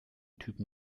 typen